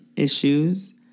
issues